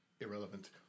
irrelevant